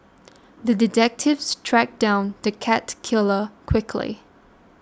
the detective tracked down the cat killer quickly